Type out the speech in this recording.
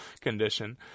condition